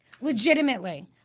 Legitimately